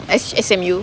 S_S_M_U